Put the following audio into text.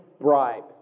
Bribe